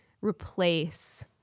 replace